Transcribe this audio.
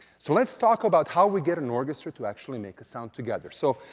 so let's talk about how we get an orchestra to actually make a sound together. so,